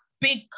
big